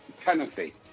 Tennessee